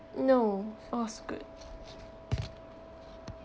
no all's good